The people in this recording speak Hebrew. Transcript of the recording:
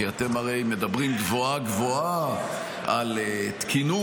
כי אתם הרי מדברים גבוהה-גבוהה על תקינות,